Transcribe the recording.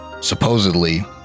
supposedly